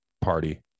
party